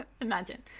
Imagine